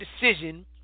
decision